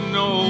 no